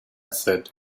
said